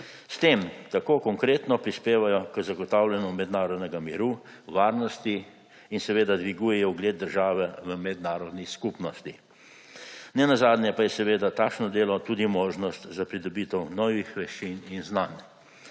Tako konkretno prispevajo k zagotavljanju mednarodnega miru, varnosti in dvigujejo ugled države v mednarodni skupnosti. Ne nazadnje pa je seveda takšno delo tudi možnost za pridobitev novih veščin in znanj.